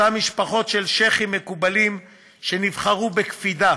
אותן משפחות של שיח'ים מקובלים שנבחרו בקפידה